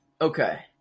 Okay